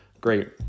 Great